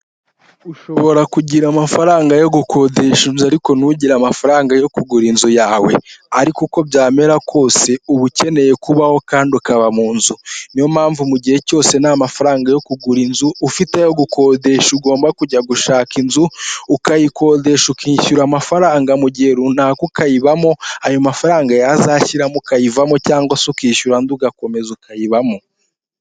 Ushobora kugira amafaranga yo gukodesha inzu ariko ntugire amafaranga yo kugura inzu yawe, ariko uko byamera kose uba ukeneye kubaho kandi ukaba mu nzu, ni yo mpamvu mu gihe cyose nta mafaranga yo kugura inzu ufite ayo gukodesha ugomba kujya gushaka inzu, ukayikodesha ukishyura amafaranga mu gihe runaka ukayibamo, ayo mafaranga yazashiramo ukayivamo cyangwa se ukishyura andi ugakomeza ukayibamo.